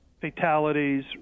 fatalities